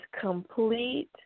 complete